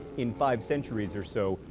in five centuries or so,